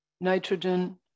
nitrogen